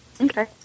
Okay